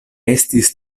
estis